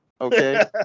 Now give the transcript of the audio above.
Okay